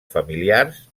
familiars